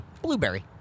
Blueberry